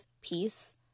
Peace